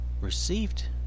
received